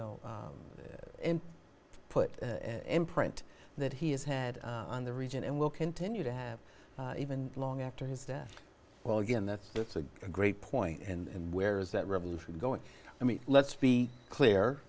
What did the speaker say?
know put an imprint that he has had on the region and will continue to have even long after his death well again that's that's a great point and where is that revolution going i mean let's be clear